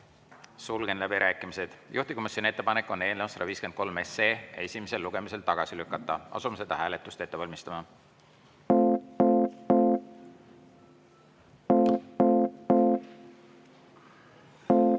Sulgen läbirääkimised. Juhtivkomisjoni ettepanek on eelnõu 153 esimesel lugemisel tagasi lükata. Asume seda hääletust ette valmistama.